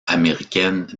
américaine